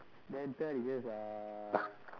then third is just uh